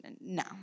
No